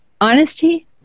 honesty